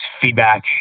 feedback